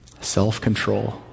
self-control